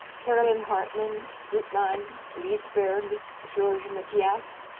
caroline hartmann, gutmann, lysberg, georges mathias,